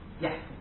Yes